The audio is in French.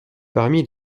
parmi